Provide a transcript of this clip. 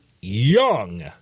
Young